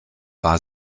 war